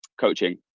coaching